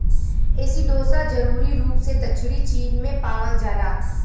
एसिडोसा जरूरी रूप से दक्षिणी चीन में पावल जाला